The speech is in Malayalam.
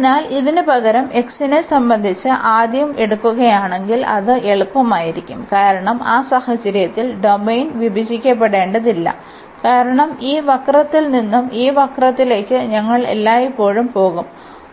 അതിനാൽ ഇതിനുപകരം x നെ സംബന്ധിച്ച് ആദ്യം എടുക്കുകയാണെങ്കിൽ അത് എളുപ്പമായിരിക്കും കാരണം ആ സാഹചര്യത്തിൽ ഡൊമെയ്ൻ വിഭജിക്കേണ്ടതില്ല കാരണം ഈ വക്രത്തിൽ നിന്ന് ഈ വക്രത്തിലേക്ക് ഞങ്ങൾ എല്ലായ്പ്പോഴും പോകും